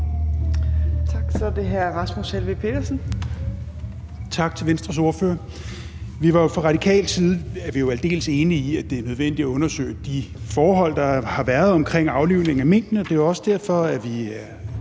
Kl. 15:49 Rasmus Helveg Petersen (RV): Tak til Venstres ordfører. Vi er jo fra radikal side aldeles enige i, at det er nødvendigt at undersøge de forhold, der har været, omkring aflivningen af minkene. Det er også derfor, at vi